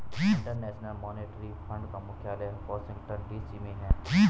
international monetary fund का मुख्यालय Washington DC में है